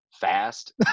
fast